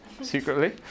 secretly